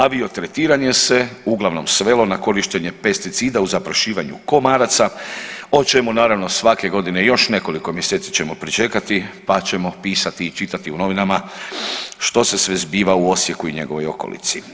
Aviotretiranje se uglavnom svelo na korištenje pesticida u zaprašivanju komaraca o čemu naravno svake godine još nekoliko mjeseci ćemo pričekati pa ćemo pisati i čitati u novinama što se sve zbiva u Osijeku i njegovoj okolici.